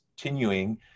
continuing